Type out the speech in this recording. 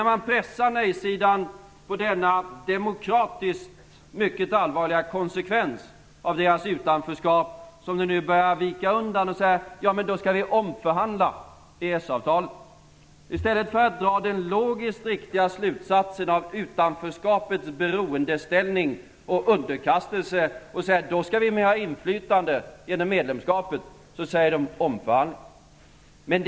När man pressar nej-sidan på denna demokratiskt mycket allvarliga konsekvens av ett utanförskap börjar de nu vika undan och säga: Ja, men då skall vi omförhandla EES-avtalet. I stället för att dra den logiskt riktiga slutsatsen av utanförskapets beroendeställning och underkastelse och säga: "Då skall vi skaffa oss inflytande genom medlemskap", säger de: "Omförhandling!"